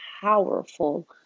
powerful